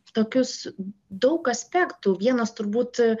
tokius daug aspektų vienas turbūt